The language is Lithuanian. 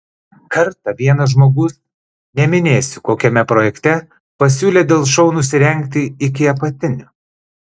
kartą vienas žmogus neminėsiu kokiame projekte pasiūlė dėl šou nusirengti iki apatinių